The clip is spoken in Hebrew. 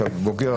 עכשיו בוגר,